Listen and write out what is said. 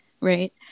right